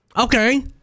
Okay